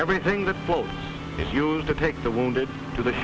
everything that boat is used to take the wounded to the